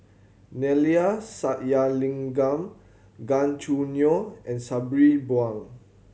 Neila Sathyalingam Gan Choo Neo and Sabri Buang